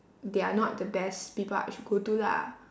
they are not the best people I should go to lah